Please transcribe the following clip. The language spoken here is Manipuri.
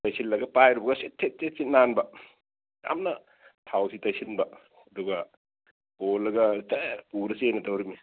ꯇꯩꯁꯤꯜꯂꯒ ꯄꯥꯏꯔꯨꯕꯒ ꯁꯤꯠ ꯁꯤꯠ ꯁꯤꯠ ꯁꯤꯠ ꯅꯥꯟꯕ ꯌꯥꯝꯅ ꯊꯥꯎꯁꯤ ꯇꯩꯁꯤꯟꯕ ꯑꯗꯨꯒ ꯀꯣꯜꯂꯒ ꯁꯦꯠ ꯀꯣꯜꯂꯒ ꯆꯦꯟꯒꯗꯧꯔꯤꯕꯅꯤ